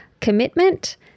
commitment